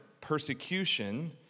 persecution